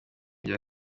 rya